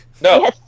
No